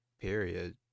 period